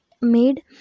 made